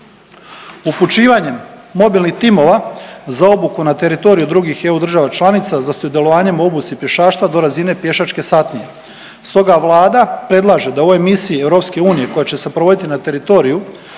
Upućivanjem mobilnih timova za obuku na teritoriju drugih EU država članica za sudjelovanjem u obuci pješaštva do razine pješačke satnije, stoga Vlada predlaže da u ovoj misiji EU koja će se provoditi na teritoriju